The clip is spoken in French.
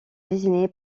désignés